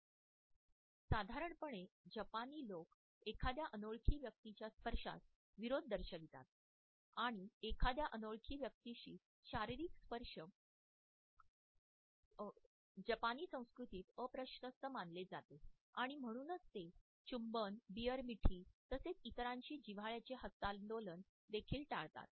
सर्वसाधारणपणे जपानी लोक एखाद्या अनोळखी व्यक्तीच्या स्पर्शास विरोध दर्शवितात आणि एखाद्या अनोळखी व्यक्तीशी शारीरिक स्पर्श जपानी संस्कृतीत अप्रशस्त मानले जाते आणि म्हणूनच ते चुंबन बिअर मिठी तसेच इतरांशी जिव्हाळ्याचे हस्तांदोलन देखील टाळतात